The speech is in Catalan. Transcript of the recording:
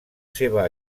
seva